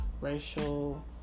racial